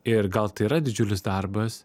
ir gal tai yra didžiulis darbas